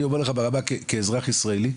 אני אומר כאזרח ישראלי,